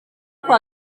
kuwa